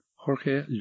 Jorge